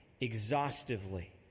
exhaustively